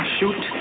Shoot